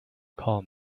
call